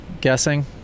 guessing